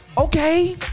Okay